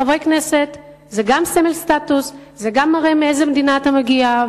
חברי כנסת זה גם סמל סטטוס וזה גם מראה מאיזו מדינה אתה מגיע,